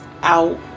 out